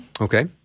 Okay